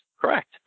correct